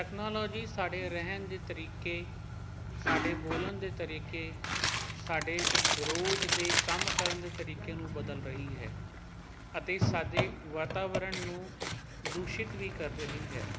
technology ਸਾਡੇ ਰਹਿਣ ਦੇ ਤਰੀਕੇ ਸਾਡੇ ਬੋਲਣ ਦੇ ਤਰੀਕੇ ਸਾਡੇ ਰੋਜ਼ ਦੇ ਕੰਮ ਕਰਨ ਦੇ ਤਰੀਕੇ ਨੂੰ ਬਦਲ ਰਹੀ ਹੈ ਅਤੇ ਸਾਡੇ ਸਾਡੇ ਵਾਤਾਵਰਨ ਨੂੰ ਦੂਸ਼ਿਤ ਵੀ ਕਰ ਰਹੀ ਹੈ